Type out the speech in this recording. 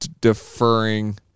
deferring